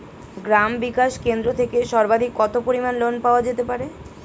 গ্রাম বিকাশ কেন্দ্র থেকে সর্বাধিক কত পরিমান লোন পাওয়া যেতে পারে?